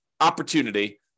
opportunity